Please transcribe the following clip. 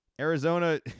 Arizona